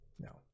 No